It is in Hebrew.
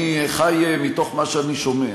אני חי מתוך מה שאני שומע,